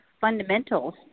fundamentals